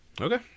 Okay